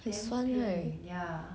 this one right